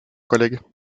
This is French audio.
collègue